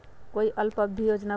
कोई अल्प अवधि योजना बताऊ?